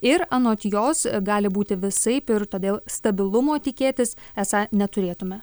ir anot jos gali būti visaip ir todėl stabilumo tikėtis esą neturėtume